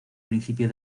principio